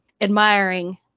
admiring